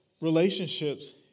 relationships